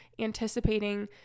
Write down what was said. anticipating